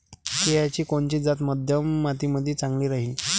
केळाची कोनची जात मध्यम मातीमंदी चांगली राहिन?